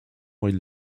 while